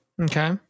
Okay